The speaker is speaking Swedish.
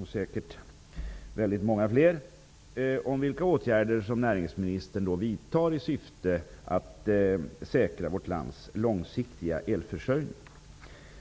och säkert många fler -- vill veta vilka åtgärder som näringsministern vidtar i syfte att säkra vårt lands långsiktiga elförsörjning.